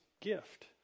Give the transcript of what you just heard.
gift